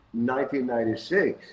1996